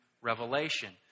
Revelation